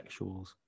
sexuals